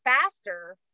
faster